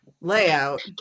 layout